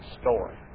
story